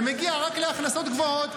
זה מגיע רק להכנסות גבוהות,